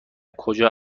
کجا